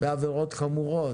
בעבירות חמורות.